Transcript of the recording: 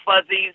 fuzzies